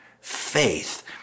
faith